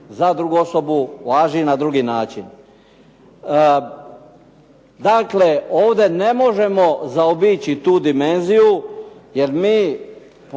za drugu osobu važi na drugi način. Dakle, ovdje ne možemo zaobići tu dimenziju jer mi